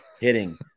hitting